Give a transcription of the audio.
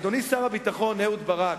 אדוני שר הביטחון אהוד ברק,